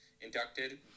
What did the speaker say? inducted